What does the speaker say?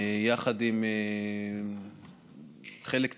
עם חלק טבעי,